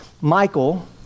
Michael